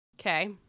Okay